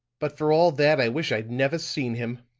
but for all that i wish i'd never seen him.